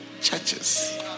churches